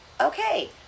Okay